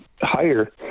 higher